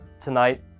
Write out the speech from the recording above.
Tonight